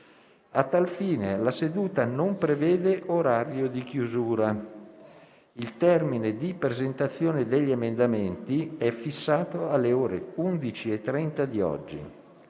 A tal fine la seduta non prevede orario di chiusura. Il termine di presentazione degli emendamenti è fissato alle ore 11,30 di oggi.